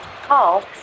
call